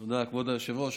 תודה, כבוד היושב-ראש.